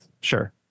Sure